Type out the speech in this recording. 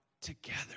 together